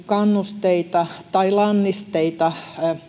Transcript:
kannusteita tai lannisteita